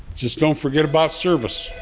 just don't forget about service